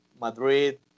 Madrid